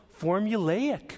formulaic